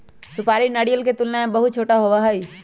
सुपारी नारियल के तुलना में बहुत छोटा होबा हई